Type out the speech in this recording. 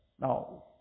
Now